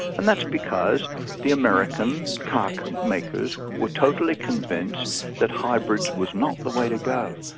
and that's because the american car makers were totally convinced that hybrids was not the way to go.